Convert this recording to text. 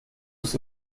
ist